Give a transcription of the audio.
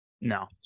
no